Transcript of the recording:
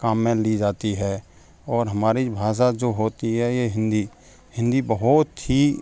काम में ली जाती है और हमारी भाषा जो होती है ये हिंदी हिंदी बहुत ही